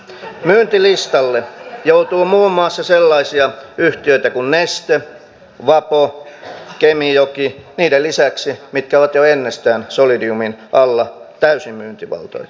myyntilistalle joutuu muun muassa sellaisia yhtiöitä kuin neste vapo kemijoki niiden lisäksi mitkä ovat jo ennestään solidiumin alla täysin myyntivaltuuksin